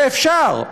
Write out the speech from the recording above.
ואפשר,